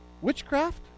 Witchcraft